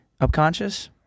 Upconscious